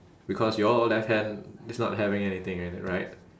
because your left hand is not having anything in it right